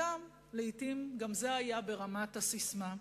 לעתים גם זה היה ברמת הססמה.